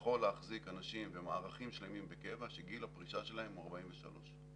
יכול להחזיק אנשים ומערכים שלמים בקבע שגיל הפרישה שלהם הוא 43?